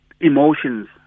Emotions